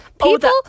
People